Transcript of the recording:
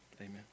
Amen